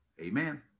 Amen